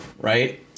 Right